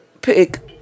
pick